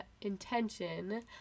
intention